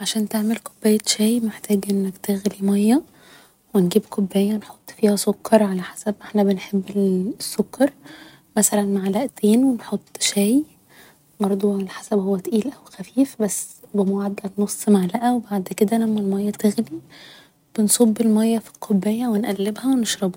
عشان تعمل كوباية شاي محتاج انك تغلي مياه و نجيب كوباية نحط فيها سكر على حسب ما احنا بنحب السكر مثلا معلقتين و نحط شاي برضه على حسب هو تقيل او خفيف بس بمعدل نص معلقة و بعد كده لما المياه تغلي بنصب المياه في الكوباية و نقلبها و نشربه